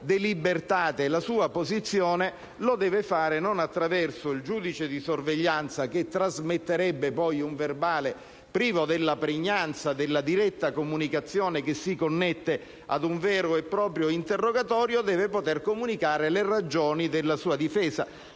la sua posizione, lo deve fare non attraverso il giudice di sorveglianza, che trasmetterebbe un verbale privo della pregnanza della diretta comunicazione che si connette a un vero e proprio interrogatorio: deve poter comunicare le ragioni della sua difesa.